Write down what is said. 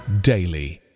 daily